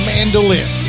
Mandolin